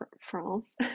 France